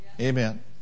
Amen